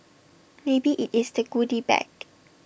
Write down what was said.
maybe IT is the goody bag